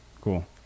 Cool